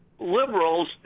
Liberals